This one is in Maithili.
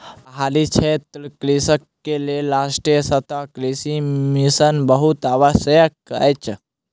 पहाड़ी क्षेत्रक कृषक के लेल राष्ट्रीय सतत कृषि मिशन बहुत आवश्यक अछि